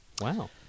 Wow